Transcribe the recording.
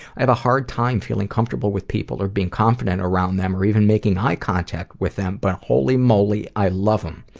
i've a hard time feeling comfortable with people, or being confident around them, or even making eye contact with them. but holy moly, i love em.